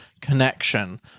connection